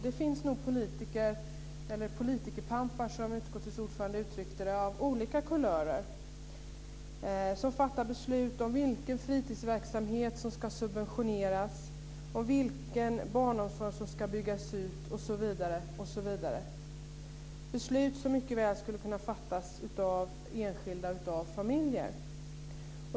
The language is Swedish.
Det finns nog politiker, eller politikerpampar som utskottets ordförande uttryckte det, av olika kulörer som fattar beslut om vilken fritidsverksamhet som ska subventioneras, vilken barnomsorg som ska byggas ut osv. Det är beslut som mycket väl skulle kunna fattas av enskilda och familjer.